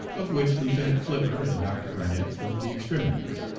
of which lieutenant flipper and dr. garnett formed the extremities.